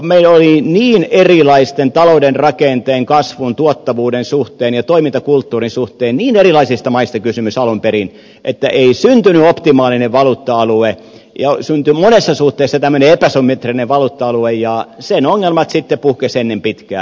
meillä oli talouden rakenteen kasvun tuottavuuden suhteen ja toimintakulttuurin suhteen niin erilaisista maista kysymys alun perin että ei syntynyt optimaalinen valuutta alue ja syntyi monessa suhteessa tämmöinen epäsymmetrinen valuutta alue ja sen ongelmat sitten puhkesivat ennen pitkää